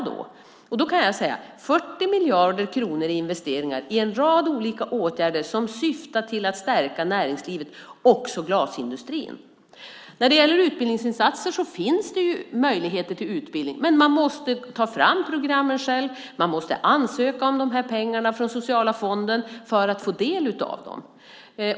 Då kan jag säga: Vi avsätter 40 miljarder kronor till investeringar i en rad olika åtgärder som syftar till att stärka näringslivet, också glasindustrin. När det gäller utbildningsinsatser finns det möjligheter till utbildning, men man måste ta fram programmen själv. Man måste ansöka om pengarna från sociala fonden för att få del av dem.